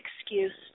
excuse